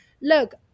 look